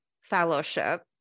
Fellowship